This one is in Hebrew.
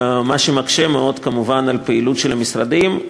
מה שמקשה מאוד כמובן על הפעילות של המשרדים.